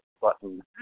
button